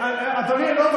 אף אחד לא יודע,